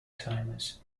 timers